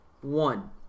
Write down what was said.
one